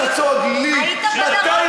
בחצור-הגלילית?